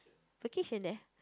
vacation there